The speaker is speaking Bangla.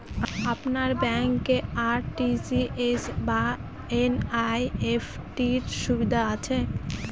আপনার ব্যাংকে আর.টি.জি.এস বা এন.ই.এফ.টি র সুবিধা রয়েছে?